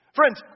Friends